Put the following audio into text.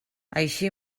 així